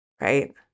right